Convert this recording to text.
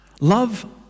Love